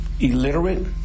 Illiterate